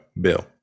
Bill